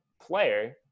player